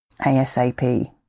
ASAP